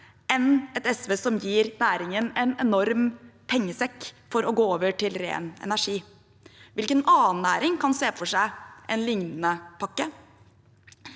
2024 SV som gir næringen en enorm pengesekk for å gå over til ren energi? Hvilken annen næring kan se for seg en lignende pakke?